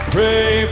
Pray